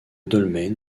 dolmen